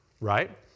Right